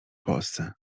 polsce